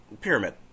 Pyramid